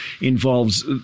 involves